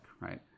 right